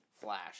Flash